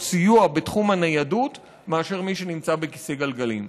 סיוע בתחום הניידות מאשר מי שנמצא בכיסא גלגלים.